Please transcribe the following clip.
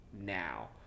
now